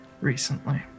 recently